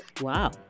Wow